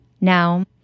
Now